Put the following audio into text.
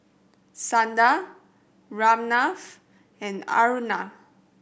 Sundar Ramnath and Aruna